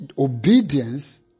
obedience